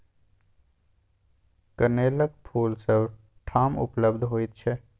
कनेलक फूल सभ ठाम उपलब्ध होइत छै